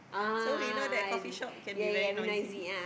so we know that coffeeshop can be very noisy